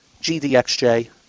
GDXJ